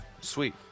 sweet